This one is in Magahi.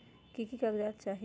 की की कागज़ात चाही?